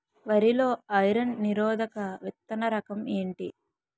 వరి లో ఐరన్ నిరోధక విత్తన రకం ఏంటి?